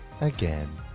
again